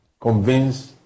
Convince